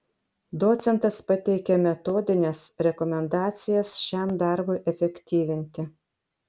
docentas pateikė metodines rekomendacijas šiam darbui efektyvinti